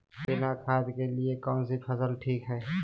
बिना खाद के लिए कौन सी फसल ठीक है?